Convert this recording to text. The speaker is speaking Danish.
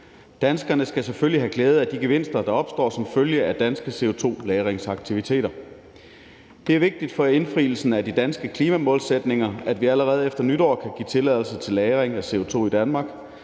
Danskerne skal selvfølgelig have glæde af de gevinster, der opstår som følge af danske CO2-lagringsaktiviteter. Det er vigtigt for indfrielsen af de danske klimamålsætninger, at vi allerede efter nytår kan give tilladelse til lagring af CO2 i Danmark